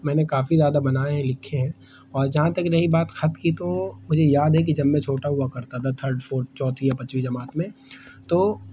میں نے کافی زیادہ بنائے ہیں لکھے ہیں اور جہاں تک رہی بات خط کی تو مجھے یاد ہے کہ جب میں چھوٹا ہوا کرتا تھا تھرڈ فورتھ چوتھی یا پانچویں جماعت میں تو